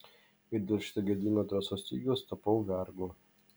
ir dėl šito gėdingo drąsos stygiaus tapau vergu